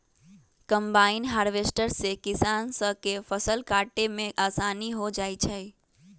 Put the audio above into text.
combine harvester से किसान स के फसल काटे में आसानी हो जाई छई